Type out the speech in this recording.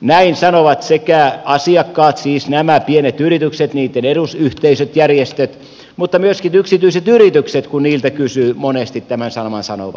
näin sanovat sekä asiakkaat siis nämä pienet yritykset niitten edusyhteisöt järjestöt mutta myöskin yksityiset yritykset kun niiltä kysyy monesti tämän saman sanovat